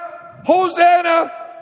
Hosanna